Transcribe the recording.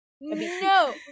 No